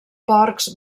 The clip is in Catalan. porcs